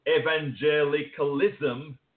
evangelicalism